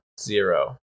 Zero